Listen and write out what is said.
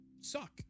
suck